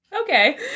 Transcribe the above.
Okay